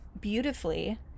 beautifully